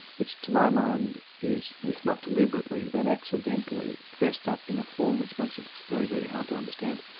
which to my mind is if not deliberately, then accidentally dressed up in a form which makes it very, very hard to understand.